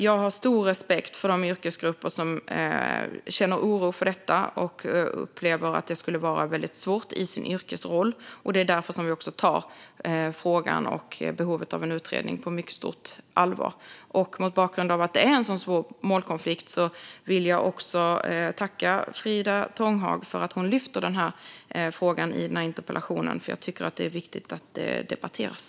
Jag har stor respekt för de yrkesgrupper som känner oro för detta och upplever att det skulle vara väldigt svårt i deras yrkesroller. Det är därför regeringen tar frågan och behovet av en utredning på mycket stort allvar. Mot bakgrund av att det är en sådan svår målkonflikt vill jag också tacka Frida Tånghag för att hon lyfter den här frågan i den här interpellationen, för jag tycker att det är viktigt att den debatteras.